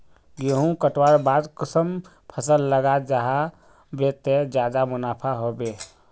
गेंहू कटवार बाद कुंसम फसल लगा जाहा बे ते ज्यादा मुनाफा होबे बे?